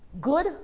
good